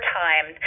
time